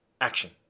action